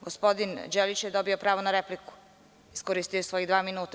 Gospodin Đelić je dobio pravo na repliku i iskoristio je svojih dva minuta.